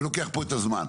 ולוקח פה את הזמן.